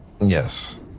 Yes